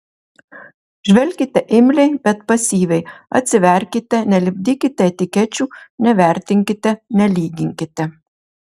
žvelkite imliai bet pasyviai atsiverkite nelipdykite etikečių nevertinkite nelyginkite